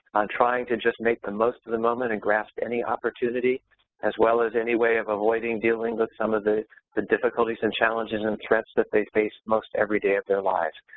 on trying to just make the most of the moment and grasp any opportunity as well as any way of avoiding dealing with some of the the difficulties and challenges and threats that they face most every day of their lives.